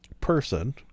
person